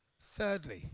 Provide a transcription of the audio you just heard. Thirdly